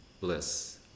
bliss